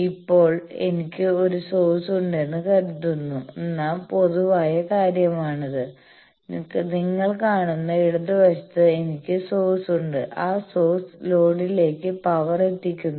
ഇപ്പോൾ എനിക്ക് ഒരു സോഴ്സുണ്ടെന്ന് കരുതുന്ന പൊതുവായ കാര്യമാണിത് നിങ്ങൾ കാണുന്ന ഇടതുവശത്ത് എനിക്ക് സോഴ്സ്source ഉണ്ട് ആ സോഴ്സ് ലോഡിലേക്ക് പവർ എത്തിക്കുന്നു